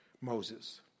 Moses